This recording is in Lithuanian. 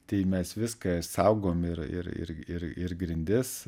tai mes viską saugom ir ir ir ir ir grindis